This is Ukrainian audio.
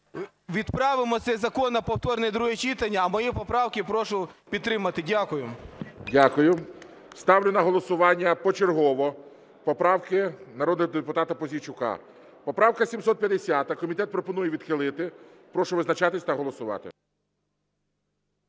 Відправимо цей закон на повторне друге читання. А мої поправки прошу підтримати. Дякую. ГОЛОВУЮЧИЙ. Дякую. Ставлю на голосування почергово поправки народного депутата Пузійчука. Поправка 750. Комітет пропонує відхилити. Прошу визначатись та голосувати.